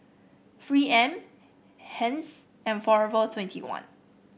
Three M Heinz and Forever twenty one